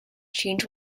change